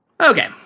Okay